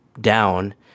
down